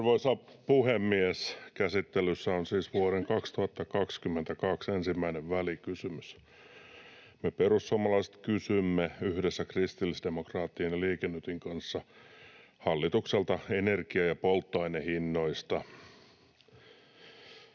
Arvoisa puhemies! Käsittelyssä on siis vuoden 2022 ensimmäinen välikysymys. Me perussuomalaiset kysymme yhdessä kristillisdemokraattien ja Liike Nytin kanssa hallitukselta energia‑ ja polttoainehinnoista.